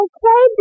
Okay